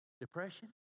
depression